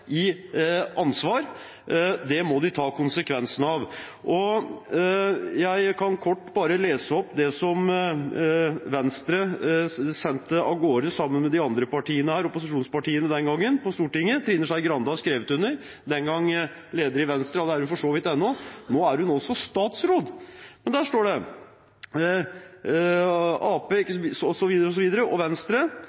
i ansvarsposisjon. Det må de ta konsekvensene av. Jeg skal kort lese opp fra det brevet som Venstre, sammen med de andre opposisjonspartiene på Stortinget den gangen, sendte av gårde. Trine Skei Grande har skrevet under. Den gangen var hun leder av Venstre – det er hun for så vidt ennå – men nå er hun også statsråd. Der står det: